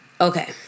okay